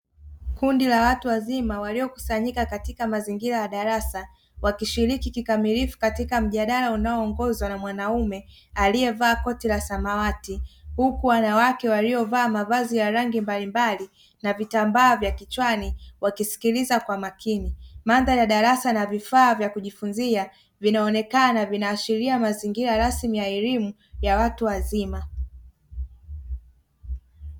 Kundi la watu wazima waliokusanyika katika mazingira ya darasa, wakishiriki kikamilifu katika mjadala unaoongozwa na mwanaume aliyevaa koti la samawati, huku wanawake waliovaa mavazi ya rangi mbalimbali na vitambaa vya kichwani wakisikiliza kwa makini. Mandhari ya darasa na vifaa vya kujifunzia vinaonekana vinaashiria mazingira rasmi ya elimu ya watu wazima.